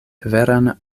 veran